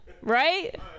right